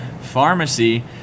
Pharmacy